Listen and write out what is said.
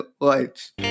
lights